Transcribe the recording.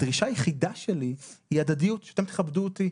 הדרישה היחידה שלי היא הדדיות, שאתם תכבדו אותי.